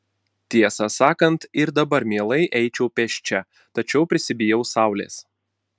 tiesą sakant ir dabar mielai eičiau pėsčia tačiau prisibijau saulės